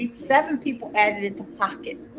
seven people added it to pocket.